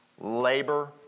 labor